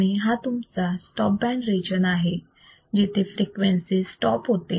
आणि हा तुमचा स्टॉप बँड रिजन आहे जिथे फ्रिक्वेन्सी स्टॉप होते